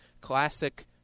classic